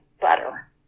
butter